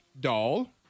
doll